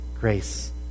grace